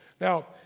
Now